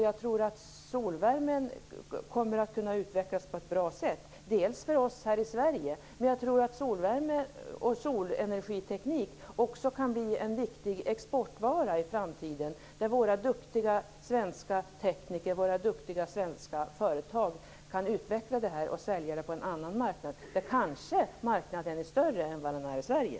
Jag tror att solvärmen kommer att kunna utvecklas på ett bra sätt, bl.a. för oss här i Sverige. Men solvärme och solenergiteknik kan också bli en viktig exportvara i framtiden, där våra duktiga svenska tekniker och företagare kan utveckla det här och sälja det på en annan marknad, som kanske är större än vad den är i Sverige.